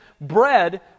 bread